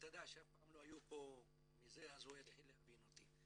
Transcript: אתה יודע שאף פעם לא היו פה --- אז הוא התחיל להבין אותי.